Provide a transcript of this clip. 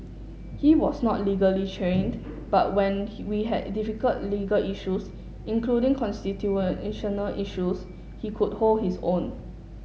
he was not legally trained but when we had difficult legal issues including constitutional issues he could hold his own